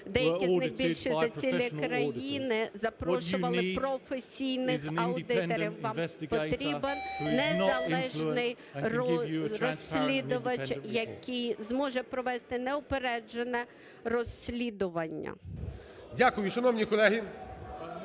деякі з них більші за цілі країни, запрошували професійних аудиторів, вам потрібен незалежний розслідувач, який зможе провести неупереджене розслідування. ГОЛОВУЮЧИЙ. Дякую, шановні колеги.